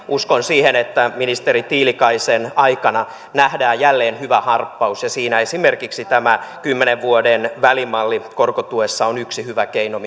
uskon siihen että ministeri tiilikaisen aikana nähdään jälleen hyvä harppaus ja siinä esimerkiksi tämä kymmenen vuoden välimalli korkotuessa on yksi hyvä keino